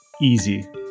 Easy